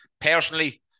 personally